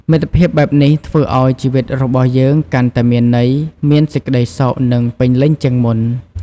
មិត្តភាពបែបនេះធ្វើឲ្យជីវិតរបស់យើងកាន់តែមានន័យ មានសេចក្តីសុខ និងពេញលេញជាងមុន។